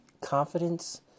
confidence